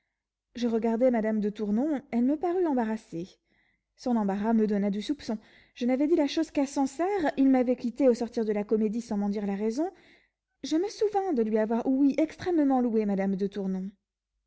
je regardai madame de tournon elle me parut embarrassée son embarras me donna du soupçon je n'avais dit la chose qu'à sancerre il m'avait quitté au sortir de la comédie sans m'en dire la raison je me souvins de lui avoir ouï extrêmement louer madame de tournon